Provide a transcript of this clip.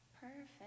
Perfect